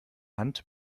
hand